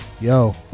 yo